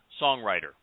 songwriter